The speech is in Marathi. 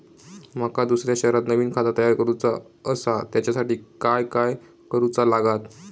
माका दुसऱ्या शहरात नवीन खाता तयार करूचा असा त्याच्यासाठी काय काय करू चा लागात?